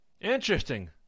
Interesting